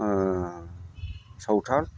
सावथाल